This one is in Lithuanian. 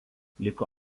liko